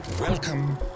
Welcome